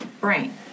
brain